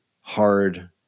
hard